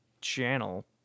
channel